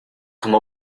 come